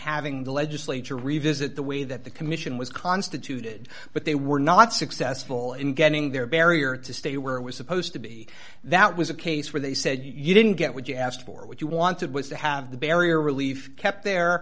having the legislature revisit the way that the commission was constituted but they were not successful in getting their barrier to stay where it was supposed to be that was a case where they said you didn't get what you asked for what you wanted was to have the barrier relief kept there